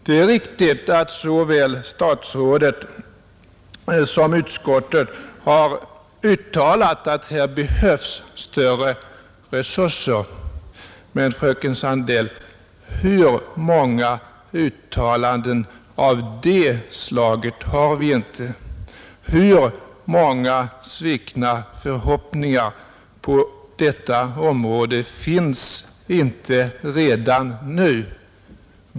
Det är riktigt att såväl statsrådet som utskottet har uttalat att här behövs större resurser. Men, fröken Sandell, hur många uttalanden av det slaget har vi inte? Hur många svikna förhoppningar på detta område finns inte redan nu?